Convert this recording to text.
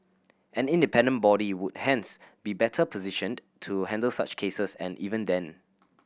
an independent body would hence be better positioned to handle such cases and even then